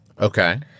Okay